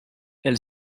elle